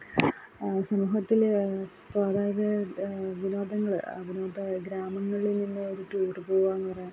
സമൂഹത്തിൽ ഇപ്പോൾ അതായത് വിനോദങ്ങൾ അതിനകത്ത് ഗ്രാമങ്ങളിൽ നിന്ന് ഒരു ടൂറ് പോവാന്നറ